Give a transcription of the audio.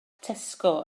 tesco